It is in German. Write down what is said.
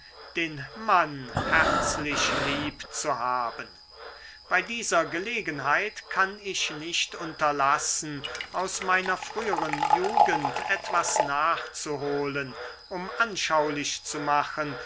den mann herzlich lieb zu haben bei dieser gelegenheit kann ich nicht unterlassen aus meiner früheren jugend etwas nachzuholen um anschaulich zu machen